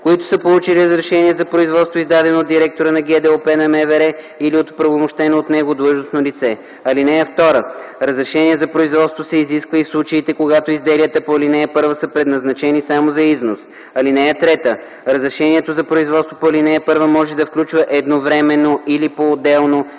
които са получили разрешение за производство, издадено от директора на ГДОП на МВР или от оправомощено от него длъжностно лице. (2) Разрешение за производство се изисква и в случаите, когато изделията по ал. 1 са предназначени само за износ. (3) Разрешението за производство по ал. 1 може да включва едновременно или поотделно